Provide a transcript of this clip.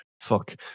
Fuck